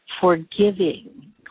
forgiving